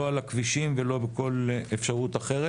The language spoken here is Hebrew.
לא על הכבישים ולא בכל אפשרות אחרת.